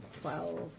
Twelve